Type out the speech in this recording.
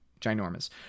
ginormous